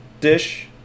dish